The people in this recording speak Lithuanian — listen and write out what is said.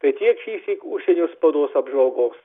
tai tiek šį syk užsienio spaudos apžvalgos